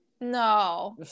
No